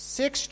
six